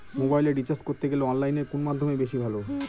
মোবাইলের রিচার্জ করতে গেলে অনলাইনে কোন মাধ্যম বেশি ভালো?